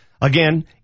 Again